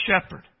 shepherd